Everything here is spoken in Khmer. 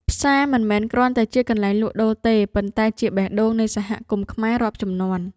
ផ្សារមិនមែនគ្រាន់តែជាកន្លែងលក់ដូរទេ ប៉ុន្តែជាបេះដូងនៃសហគមន៍ខ្មែររាប់ជំនាន់។